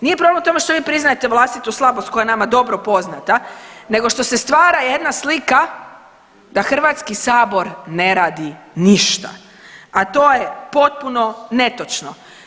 Nije problem u tome što vi priznajete vlastitu slabost koja je nama dobro poznata, nego što se stvara jedna slika da HS ne radi ništa a to je potpuno netočno.